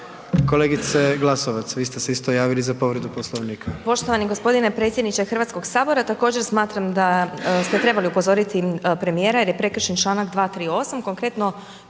Kolegice Glasovac vi ste se isto javili za povredu Poslovnika.